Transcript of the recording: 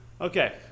Okay